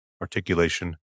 articulation